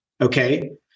Okay